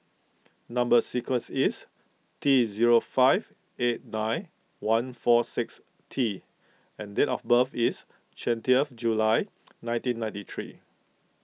Number Sequence is T zero five eight nine one four six T and date of birth is twentieth June nineteen ninety three